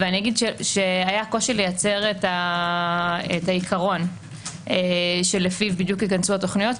היה קושי לייצר את העיקרון שלפיו בדיוק יכנסו התוכניות,